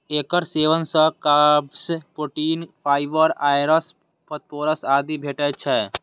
एकर सेवन सं carbs, protein, fibre, आयरस, फास्फोरस आदि भेटै छै